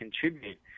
contribute